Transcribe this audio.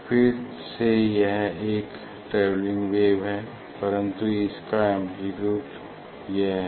फिर से यह एक ट्रैवेलिंग वेव है परन्तु इसका एम्प्लीट्यूड यह है